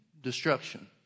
destruction